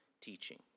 teaching